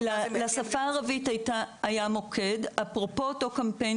לשפה הערבית היה מוקד אפרופו אותו קמפיין